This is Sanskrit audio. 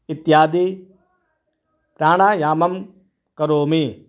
इत्यादिप्राणायामं करोमि